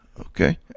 Okay